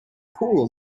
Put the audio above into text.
pool